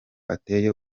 ateye